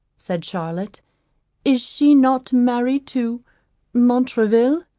said charlotte is she not married to montraville?